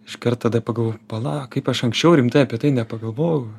iškart tada pagalvojau pala kaip aš anksčiau rimtai apie tai nepagalvojau